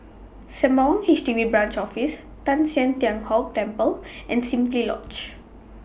Sembawang H D B Branch Office Teng San Tian Hock Temple and Simply Lodge